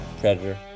Predator